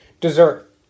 dessert